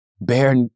Bear